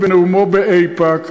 בנאומו באיפא"ק,